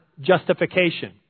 justification